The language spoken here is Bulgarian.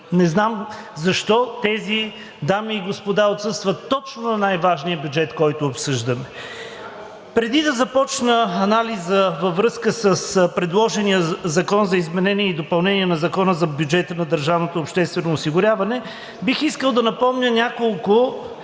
Не знам защо тези дами и господа отсъстват точно на най-важния бюджет, който обсъждаме?! Преди да започна анализа във връзка с предложения Закон за изменение допълнение на Закона за бюджета на държавното обществено осигуряване, бих искал да напомня няколко